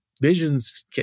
visions